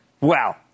Wow